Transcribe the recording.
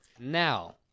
Now